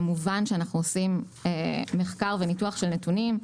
כמובן שאנחנו עושים מחקר וניתוח של נתונים,